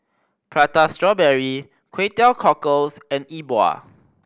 Prata Strawberry Kway Teow Cockles and E Bua